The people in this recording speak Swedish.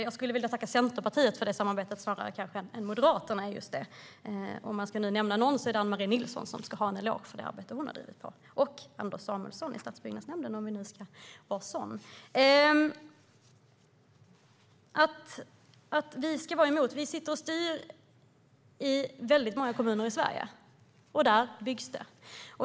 Jag skulle vilja tacka Centerpartiet för det samarbetet snarare än Moderaterna. Om några ska ha en eloge är det Ann-Mari Nilsson för det arbete som hon har drivit på och Anders Samuelsson i stadsbyggnadsnämnden. När det gäller att vi skulle vara emot byggande vill jag säga att vi sitter i många kommuner i Sverige, och där byggs det.